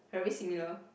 very similar